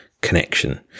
connection